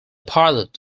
pilot